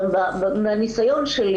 לא קיבלנו זימון לשר.